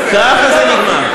ככה זה נגמר.